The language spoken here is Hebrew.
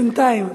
בינתיים,